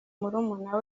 murumuna